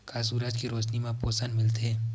का सूरज के रोशनी म पोषण मिलथे?